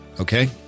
okay